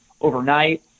overnight